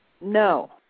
No